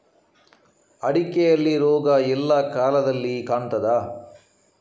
ಅಡಿಕೆಯಲ್ಲಿ ರೋಗ ಎಲ್ಲಾ ಕಾಲದಲ್ಲಿ ಕಾಣ್ತದ?